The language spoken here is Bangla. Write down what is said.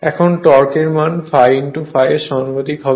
এখন টর্ক এর মান ∅∅ এর সমানুপাতিক হবে